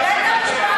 מעוותת.